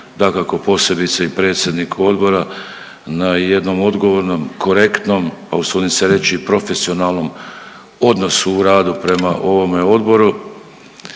dakako posebice i predsjedniku odbora na jednom odgovorno, korektnom, a usudim se reći i profesionalnom odnosu u radu prema ovome odboru,